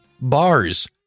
bars